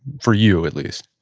for you at least?